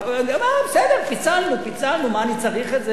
בסדר, פיצלנו, פיצלנו, מה אני צריך את זה.